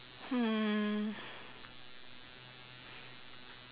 hmm